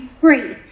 free